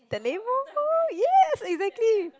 the name lor yes exactly